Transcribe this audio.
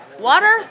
Water